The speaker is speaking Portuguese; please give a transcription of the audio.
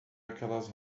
aquelas